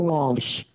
Walsh